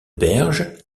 berge